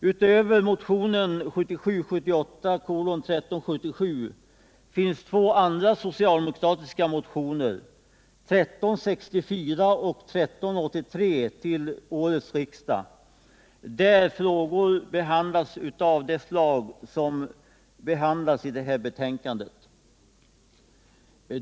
Utöver motionen 1977/78:1377 finns det två andra socialdemokratiska motioner, nr 1364 och 1383 till årets riksdag, där frågor av det slag tas upp som behandlas i det nu föreliggande betänkandet.